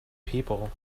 people